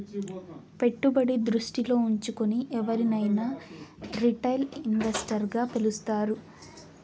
పెట్టుబడి దృష్టిలో ఉంచుకుని ఎవరినైనా రిటైల్ ఇన్వెస్టర్ గా పిలుస్తారు